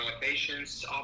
patients